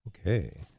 Okay